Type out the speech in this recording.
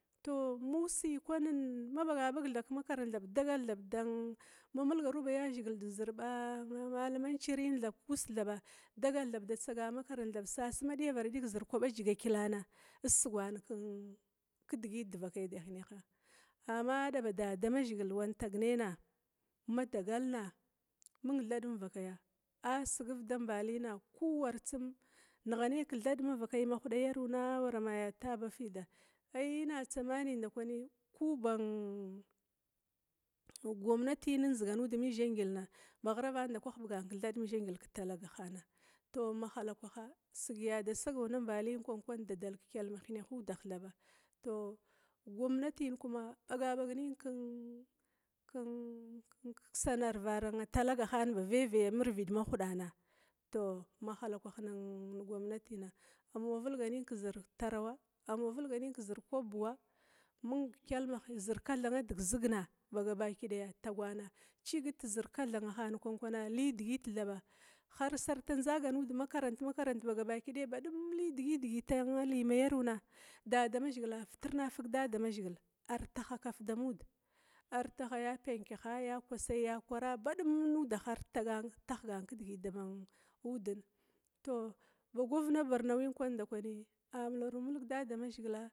Tou ma ussi kwanin bagabag kemakarantna thab mamulgaru ba da mazhigil kwana zir ba mallumanciyan kwana dagal thab da tsagana makarant thaba ma diyavara diga kwaba dziga kyilana sugana kidigit devakaya da hineha amma adaba dadamazhigil wan tagnai na, ma dagalna mung thad mang vakaya, a sigiv dambalina kuwar tsum nighanai kethad mavakai ma huda yaruna awarana ta ba fida, aii ina tsamani ndakwani kuban gwamnatina ndziganudi mizha ngilna ba ghirava ndakwi ghubgan kethada mizahginl ketala gahana, tou mahalakwaha sigya dasagaw nambalia kwankwana dadal kekyalma hinehudaha. tou gwamnatin kuma bagabag ken ken sanavara talgahana ba veve mirvid mahudana tou mahalakwaha nin nigwamnatina amwa vilga nin vilga nin kezir tarawa, amwa vilga nin, kezir kwab bva amwa vilga nin kezir degzigna tagwana cigit tezir digzigna zir kathanahana, li digit thaba, har sarta ndzaganud makarant makarant ba gabaki daya na badum lidigit digit ma yaruna, dadamazhigil a fitirna titig damazhigil, ar taha kaf damud artaha ya penkaha ya kwasya ha badum nudah ar taha ya digitah damudin, tou ba govema borno ndakwi a mular mulg da mazhigil